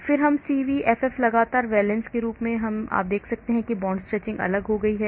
फिर CVFF लगातार valence के रूप में आप देख सकते हैं कि बॉन्ड स्ट्रेचिंग अलग हो गई है